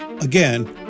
Again